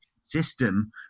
system